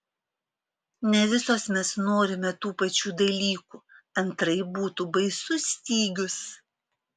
ne visos mes norime tų pačių dalykų antraip būtų baisus stygius